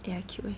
ya cute eh